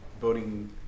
voting